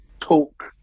talk